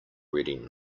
reading